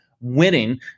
winning